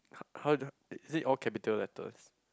how is it all capital letters